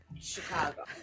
Chicago